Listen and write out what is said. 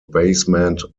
basement